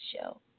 show